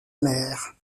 mère